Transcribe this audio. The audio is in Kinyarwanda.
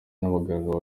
n’abaganga